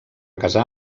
casar